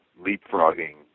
leapfrogging